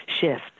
shift